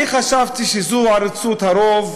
אני חשבתי שזו עריצות הרוב.